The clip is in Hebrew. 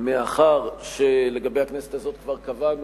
מאחר שלגבי הכנסת הזאת כבר קבענו,